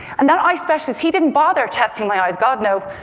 and that eye specialist, he didn't bother testing my eyes. god no,